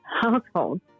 household